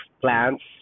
plants